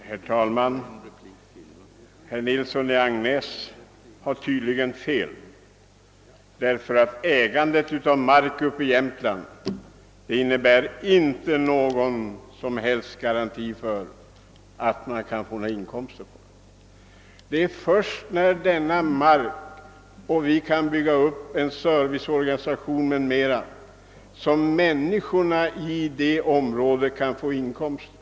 Herr talman! Herr Nilsson i Agnäs har tydligen fel. ägandet av mark uppe i Jämtland innebär inte någon som helst garanti för att det kan bli några inkomster på denna mark. Det är först när man kan bygga upp en serviceorganisation på denna som människorna i dessa områden kan få inkomster.